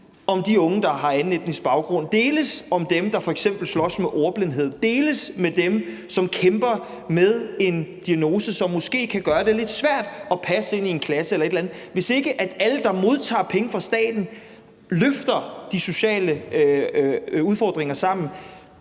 om de unge, der har anden etnisk baggrund, deles om dem, der f.eks. slås med ordblindhed, deles om dem, som kæmper med en diagnose, som måske kan gøre det lidt svært at passe ind i en klasse eller et eller andet, og hvis ikke alle, der modtager penge fra staten, løfter de sociale udfordringer sammen,